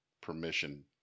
permission